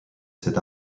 s’est